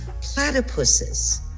platypuses